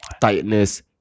tightness